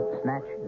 snatch